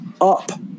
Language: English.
Up